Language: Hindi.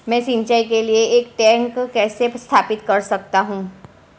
मैं सिंचाई के लिए एक टैंक कैसे स्थापित कर सकता हूँ?